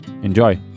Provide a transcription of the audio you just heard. Enjoy